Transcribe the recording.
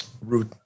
root